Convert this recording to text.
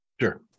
Sure